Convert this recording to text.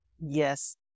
Yes